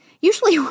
Usually